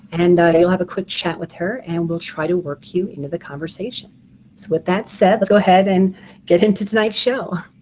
and you'll have a quick chat with her and we'll try to work you into the conversation. so with that said let's go ahead and get into tonight's show.